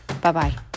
Bye-bye